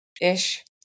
ish